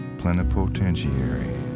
plenipotentiary